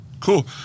Cool